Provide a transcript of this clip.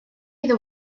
iddo